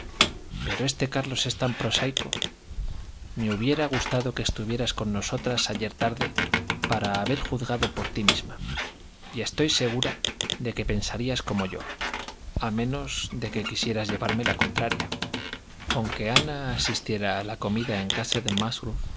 pero este carlos es tan prosaico me hubiera gustado que estuvieras con nosotras ayer tarde para haber juzgado por ti misma y estoy segura de que pensarías como yo a menos de que quisieras llevarme la contraria conque ana asistiera a la comida en casa de